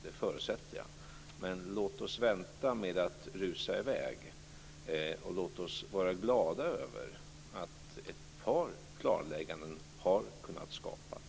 Det förutsätter jag. Men låt oss vänta med att rusa i väg, och låt oss vara glada över att ett par klarlägganden har kunnat göras.